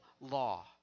law